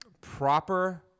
proper